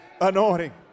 anointing